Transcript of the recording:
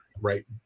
right